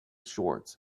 shorts